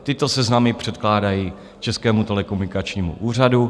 Tyto seznamy předkládají Českému telekomunikačnímu úřadu.